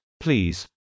Please